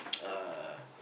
uh